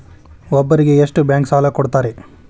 ಒಬ್ಬರಿಗೆ ಎಷ್ಟು ಬ್ಯಾಂಕ್ ಸಾಲ ಕೊಡ್ತಾರೆ?